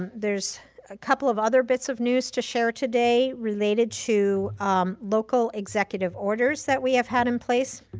there's a couple of other bits of news to share today related to local executive orders that we have had in place.